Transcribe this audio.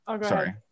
sorry